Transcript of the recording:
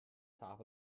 top